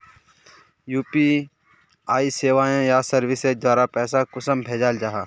UPI सेवाएँ या services द्वारा पैसा कुंसम भेजाल जाहा?